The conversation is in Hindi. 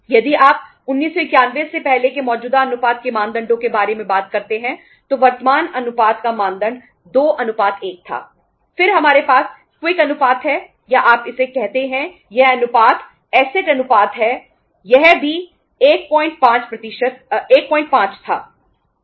यदि आप 1991 से पहले के मौजूदा अनुपात के मानदंडों के बारे में बात करते हैं तो वर्तमान अनुपात का मानदंड 2 1 था